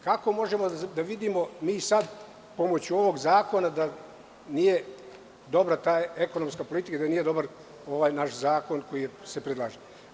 Kako možemo da vidimo mi sad, pomoću ovog zakona, da nije dobra ta ekonomska politika i da nije dobar ovaj naš zakon koji se predlaže?